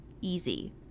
easy